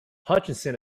hutchison